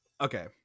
okay